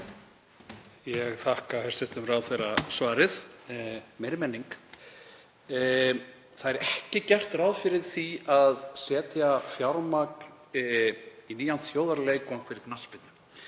Ég þakka hæstv. ráðherra svarið. Meiri menning. Það er ekki gert ráð fyrir því að setja fjármagn í nýjan þjóðarleikvang fyrir knattspyrnu